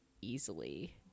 easily